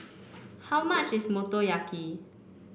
how much is Motoyaki